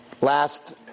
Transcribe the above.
Last